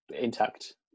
intact